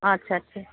আচ্ছা আচ্ছা